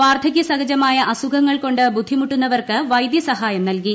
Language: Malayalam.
വാർധകൃസഹജമായ അസുഖങ്ങൾ കൊണ്ട് ബുദ്ധിമുട്ടുന്നവർക്ക് വൈദ്യസഹായം നൽകി